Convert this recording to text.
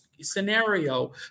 scenario